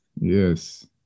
Yes